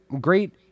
great